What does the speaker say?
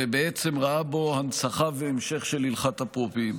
ובעצם ראה בו הנצחה והמשך של הלכת אפרופים.